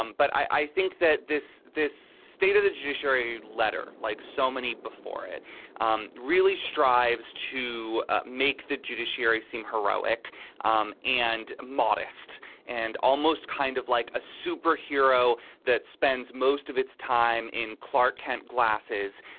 um but i think that this this state of the judiciary letter, like so many before, it um really strives to make the judiciary seem heroic um and modest and almost kind of like a superhero that spends most of its time in clark kent glasses,